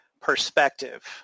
perspective